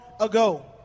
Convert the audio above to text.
ago